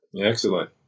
Excellent